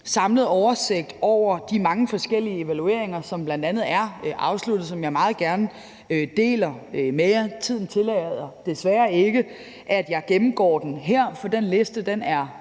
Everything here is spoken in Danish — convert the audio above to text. samlet oversigt over de mange forskellige evalueringer, som bl.a. er afsluttet, og som jeg meget gerne deler med jer. Tiden tillader desværre ikke, at jeg gennemgår den her, for den liste er